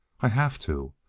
i have to.